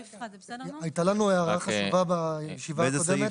הייתה לנו הערה חשובה בישיבה קודמת.